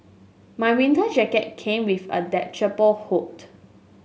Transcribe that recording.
my winter jacket came with a detachable hood